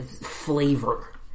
flavor